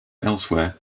elsewhere